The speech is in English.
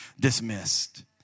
dismissed